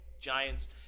Giants